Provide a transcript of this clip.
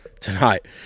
tonight